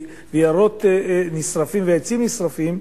ויערות נשרפים ועצים נשרפים,